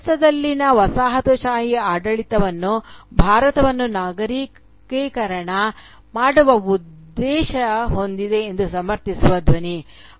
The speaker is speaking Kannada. ಭಾರತದಲ್ಲಿನ ವಸಾಹತುಶಾಹಿ ಆಡಳಿತವನ್ನು ಭಾರತವನ್ನು ನಾಗರಿಕೀಕರಣ ಮಾಡುವ ಉದ್ದೇಶ ಹೊಂದಿದೆ ಎಂದು ಸಮರ್ಥಿಸುವ ಧ್ವನಿ